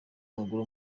w’amaguru